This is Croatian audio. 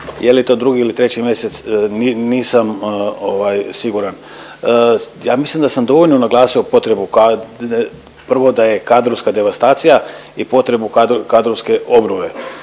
Je li to drugi ili treći mjesec nisam siguran. Ja mislim da sam dovoljno naglasio potrebu prvo da je kadrovska devastacija i potrebu kadrovske obnove.